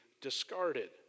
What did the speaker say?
discarded